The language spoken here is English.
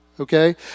Okay